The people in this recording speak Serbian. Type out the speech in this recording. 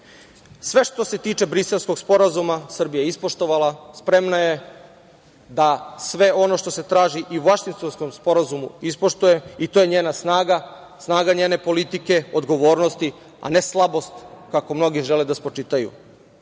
što se tiče Briselskog sporazuma Srbija je ispoštovala. Spremna je da sve ono što se traži i u Vašingtonskom sporazumu ispoštuje i to je njena snaga, snaga njene politike, odgovornosti, a ne slabost kako mnogi žele da spočitaju.